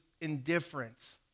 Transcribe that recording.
indifference